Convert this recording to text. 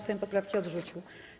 Sejm poprawki odrzucił.